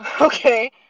Okay